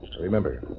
Remember